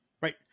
Right